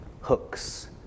hooks